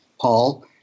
Paul